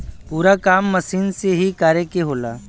पूरा काम मसीन से ही करे के होला